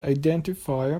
identifier